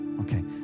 Okay